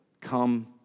come